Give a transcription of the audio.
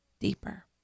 deeper